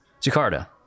Jakarta